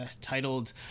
titled